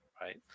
right